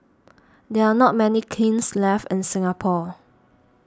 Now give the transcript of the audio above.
there are not many kilns left in Singapore